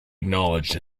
acknowledged